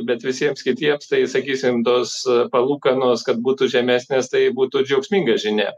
bet visiems kitiems tai sakysim tos palūkanos kad būtų žemesnės tai būtų džiaugsminga žinia